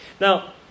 Now